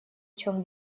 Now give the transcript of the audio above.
чем